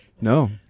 No